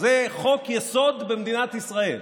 " זה חוק-יסוד במדינת ישראל.